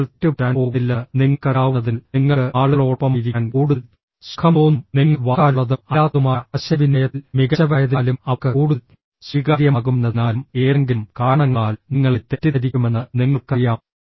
ആളുകൾ തെറ്റുപറ്റാൻ പോകുന്നില്ലെന്ന് നിങ്ങൾക്കറിയാവുന്നതിനാൽ നിങ്ങൾക്ക് ആളുകളോടൊപ്പമായിരിക്കാൻ കൂടുതൽ സുഖം തോന്നും നിങ്ങൾ വാക്കാലുള്ളതും അല്ലാത്തതുമായ ആശയവിനിമയത്തിൽ മികച്ചവരായതിനാലും അവർക്ക് കൂടുതൽ സ്വീകാര്യമാകുമെന്നതിനാലും ഏതെങ്കിലും കാരണങ്ങളാൽ നിങ്ങളെ തെറ്റിദ്ധരിക്കുമെന്ന് നിങ്ങൾക്കറിയാം